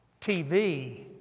TV